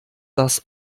das